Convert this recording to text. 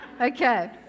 Okay